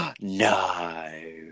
No